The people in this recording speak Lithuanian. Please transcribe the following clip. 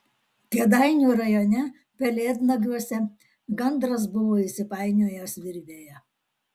kėdainių rajone pelėdnagiuose gandras buvo įsipainiojęs virvėje